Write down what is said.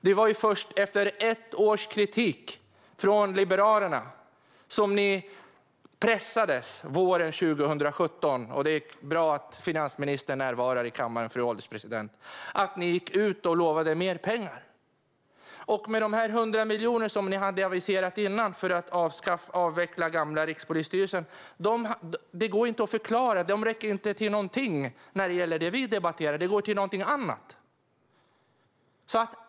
Det var först efter ett års kritik från Liberalerna som ni pressades våren 2017 - och det är bra att finansministern nu närvarar i kammaren, fru ålderspresident - och gick ut och lovade mer pengar. De 100 miljoner som ni hade aviserat innan för att avveckla gamla Rikspolisstyrelsen går inte att förklara. De räcker inte till någonting när det gäller det vi debatterar. De går till någonting annat.